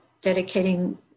dedicating